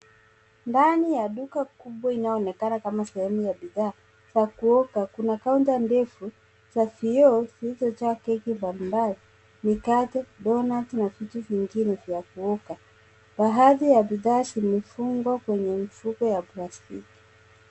Ndani ya duka kubwa inayoonekana kama sehemu ya bidhaa za kuoka kna kaunta ndefu za vioo zilizojaa keki mbalimbali, mikate, [csdoughnut na vitu vingine vya kuoka. Baadhi ya bidhaa zimefungwa kwenye mifuko ya plastiki.